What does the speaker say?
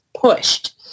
pushed